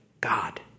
God